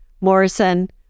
Morrison